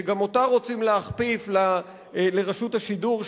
שגם אותה רוצים להכפיף לרשות השידור,